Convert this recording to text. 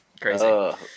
crazy